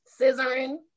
scissoring